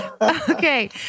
Okay